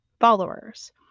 followers